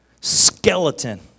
Skeleton